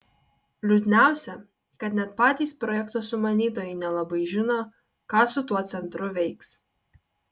liūdniausia kad net patys projekto sumanytojai nelabai žino ką su tuo centru veiks